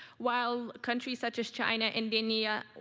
while countries such as china and india,